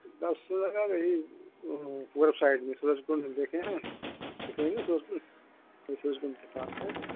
बस से आ जाइए पूर्व साइड में सूरजकुंड है देखे हैं सूरजकुंड वहीं सूरजकुंड के पास है